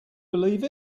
believe